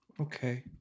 Okay